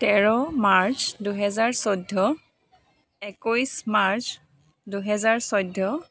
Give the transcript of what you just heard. তেৰ মাৰ্চ দুহেজাৰ চৈধ্য একৈছ মাৰ্চ দুহেজাৰ চৈধ্য